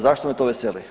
Zašto me to veseli?